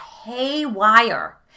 haywire